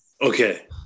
Okay